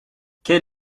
quel